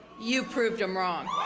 you proved them wrong.